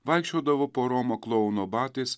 vaikščiodavo po romą klouno batais